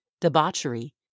debauchery